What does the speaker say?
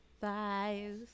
Thighs